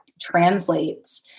translates